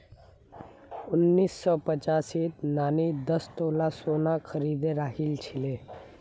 उन्नीस सौ पचासीत नानी दस तोला सोना खरीदे राखिल छिले